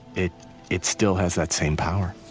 it it still has that same power